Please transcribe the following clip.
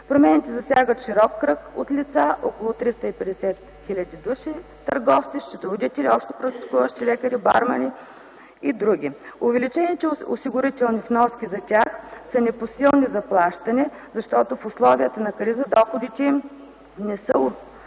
Промените засягат широк кръг от лица, около 350 хил. души търговци, счетоводители, общопрактикуващи лекари, бармани и други. Увеличените осигурителни вноски за тях са непосилни за плащане, защото в условията на криза доходите им не са увеличени,